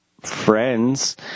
friends